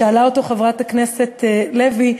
שאלה אותו חברת הכנסת לוי: